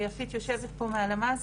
ויפית יושבת פה מהלמ"ס,